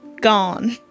gone